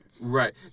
Right